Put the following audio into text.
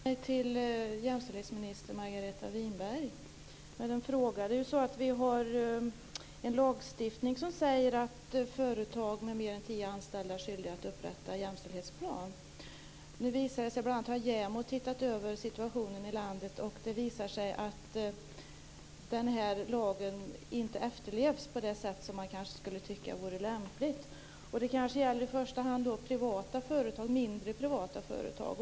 Herr talman! Jag vill vända mig till jämställdhetsminister Margareta Winberg med en fråga. Vi har en lagstiftning som säger att företag med mer än tio anställda är skyldiga att upprätta en jämställdhetsplan. Nu har bl.a. JämO tittat över situationen i landet. Det visar sig att lagen inte efterlevs på det sätt som man kanske skulle tycka vore lämpligt. Det kanske i första hand gäller mindre privata företag.